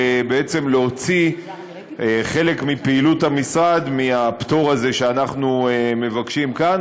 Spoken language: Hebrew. ובעצם להוציא חלק מפעילות המשרד מהפטור הזה שאנחנו מבקשים כאן,